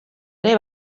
ere